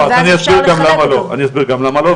אני אסביר למה לא,